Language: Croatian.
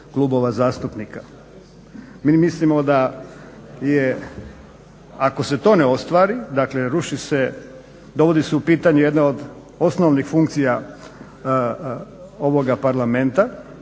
klubova zastupnika. Mi mislimo da je ako se to ne ostvari, dakle ruši se, dovodi se u pitanje jedna od osnovnih funkcija ovoga Parlamenta